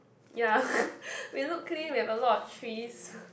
ya we look clean we have a lot of trees